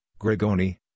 Gregoni